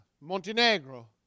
Montenegro